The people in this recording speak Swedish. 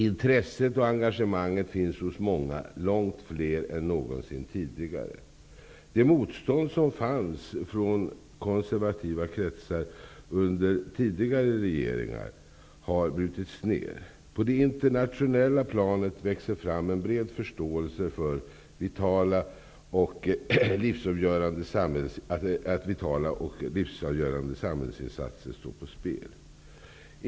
Intresset och engagemanget finns hos många -- långt fler än någonsin tidigare. Det motstånd som fanns från konservativa kretsar under tidigare regeringar har brutits ner. På det internationella planet växer fram en bred förståelse för att vitala och livsavgörande samhällsinsatser står på spel.